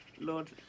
Lord